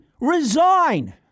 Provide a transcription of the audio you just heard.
Resign